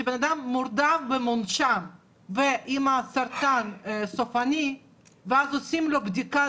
כשבן אדם מורדם ומונשם עם סרטן סופני ואז עושים לו בדיקת